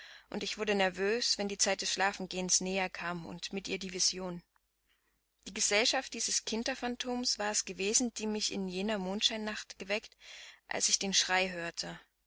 und ich wurde nervös wenn die zeit des schlafengehens näher kam und mit ihr die vision die gesellschaft dieses kinderphantoms war es gewesen die mich in jener mondscheinnacht geweckt als ich den schrei hörte